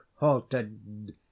halted